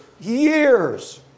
Years